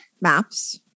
maps